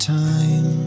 time